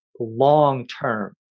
long-term